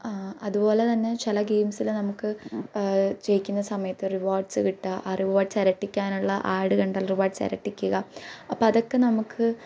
അതുപോലെ തന്നെ ചില ഗെയിംസിൽ നമുക്ക് ജയിക്കുന്ന സമയത്ത് റിവാർഡ്സ് കിട്ടുക ആ റിവാർഡ്സ് ഇരട്ടിക്കാനുള്ള ആഡ് കണ്ടാൽ റിവാർഡ്സ് ഇരട്ടിക്കുക അപ്പം അതൊക്കെ നമുക്ക്